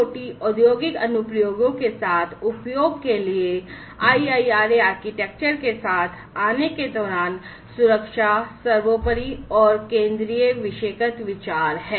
IIoT औद्योगिक अनुप्रयोगों के साथ उपयोग के लिए IIRA वास्तुकला के साथ आने के दौरान सुरक्षा सर्वोपरि और केंद्रीय विषयगत विचार है